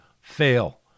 fail